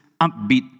upbeat